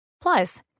Plus